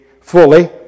fully